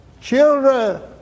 Children